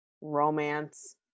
romance